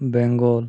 Bengal